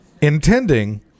intending